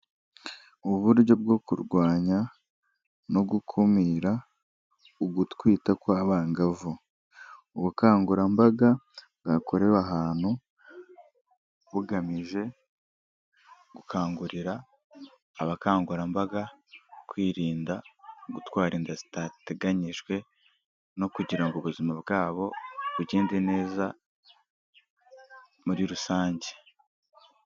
Uburyo bwo kurwanya no gukumira ugutwita kw'abangavu, ubukangurambaga bwakorewe ahantu bugamije gukangurira abakangurambaga kwirinda gutwara inda zitateganyijwe no kugira ngo ubuzima bwabo bugende neza muri rusange.